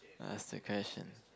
what's the question